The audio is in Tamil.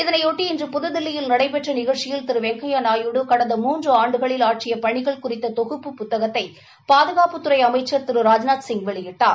இதனைபொட்டி இன்று புதுதில்லியில் நடைபெற்ற நிகழ்ச்சியில் திரு வெங்கையா நாயுடு கடந்த மூன்று ஆண்டுகளில் ஆற்றிய பணிகள் குறித்த தொகுப்பு புத்தகத்தை பாதுகாப்புத்துறை அமைச்சா் திரு ராஜ்நாத்சிங் வெளியிட்டார்